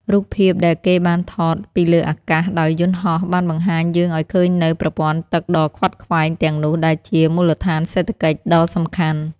រូបភាពដែលគេបានថតពីលើអាកាសដោយយន្តហោះ បានបង្ហាញយើងឱ្យឃើញនូវ ប្រព័ន្ធទឹកដ៏ខ្វាត់ខ្វែង ទាំងនោះ ដែលជា មូលដ្ឋានសេដ្ឋកិច្ច ដ៏សំខាន់។